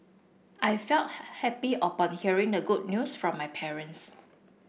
I felt happy upon hearing the good news from my parents